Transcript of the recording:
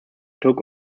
took